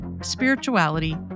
spirituality